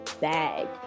bag